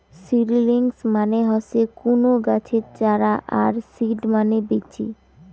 seedlings মানে হসে কুনো গাছের চারা আর সিড মানে বীচি